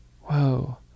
Whoa